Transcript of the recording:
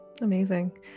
Amazing